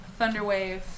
Thunderwave